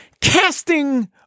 Casting